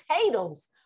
potatoes